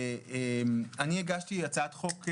אני הגשתי הצעת חוק,